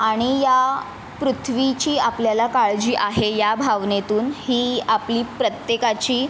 आणि या पृथ्वीची आपल्याला काळजी आहे या भावनेतून ही आपली प्रत्येकाची